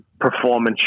performance